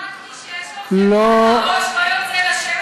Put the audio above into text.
המשפט: מי שיש לו חמאה על הראש לא יוצא לשמש,